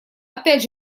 опять